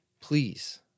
Please